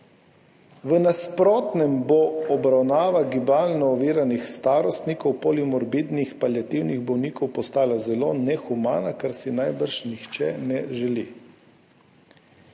V nasprotnem [primeru] bo obravnava gibalno oviranih starostnikov, polimorbidnih paliativnih bolnikov postala zelo nehumana, kar si najbrž nihče ne želi.